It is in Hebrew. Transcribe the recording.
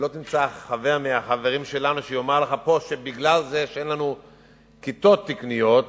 ולא תמצא חבר מהחברים שלנו שיאמר לך פה שבגלל זה שאין לנו כיתות תקניות